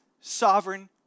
sovereign